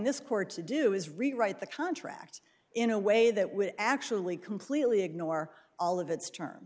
this court to do is rewrite the contract in a way that will actually completely ignore all of its term